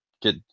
get